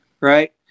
right